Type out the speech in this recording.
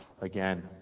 again